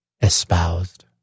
espoused